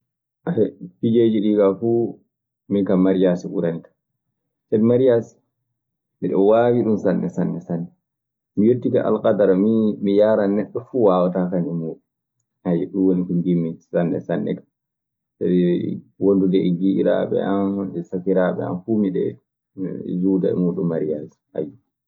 pijeeji ɗii kaa fuu, min kaa mariaasi ɓuranikan, sabi mariaasi mi ɗe waawi ɗun sanne sanne. Mi yettike alkadara, min mi yaaran neɗɗo fuu waawataakan e muuɗun. ɗun woni ko njiɗmi sanne sanne duu. Sabi wondude e giƴiraaɓe an e sakiraaɓe an fuu miɗe, miɗe suwda e muuɗun.